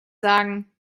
sagen